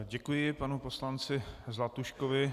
Děkuji panu poslanci Zlatuškovi.